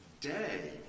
day